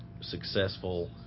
successful